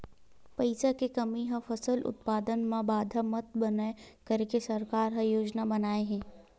पईसा के कमी हा फसल उत्पादन मा बाधा मत बनाए करके सरकार का योजना बनाए हे?